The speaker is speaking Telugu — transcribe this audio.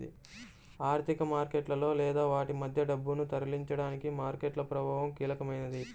ఆర్థిక మార్కెట్లలో లేదా వాటి మధ్య డబ్బును తరలించడానికి మార్కెట్ ప్రభావం కీలకమైనది